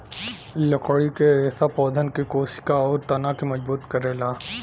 लकड़ी क रेसा पौधन के कोसिका आउर तना के मजबूत करला